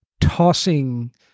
tossing